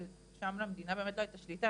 ששם למדינה באמת לא הייתה שליטה,